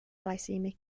glycemic